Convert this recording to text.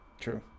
True